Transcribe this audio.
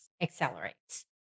accelerates